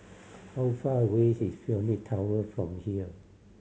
how far away is Phoenix Tower from here